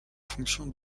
fonction